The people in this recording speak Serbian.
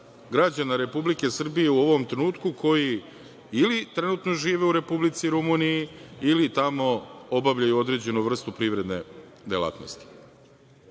građana Republike Srbije u ovom trenutku koji ili trenutno žive u Republici Rumuniji ili tamo obavljaju određenu vrstu privredne delatnosti. Koliko